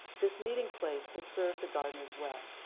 this meeting place has served the gardeners well.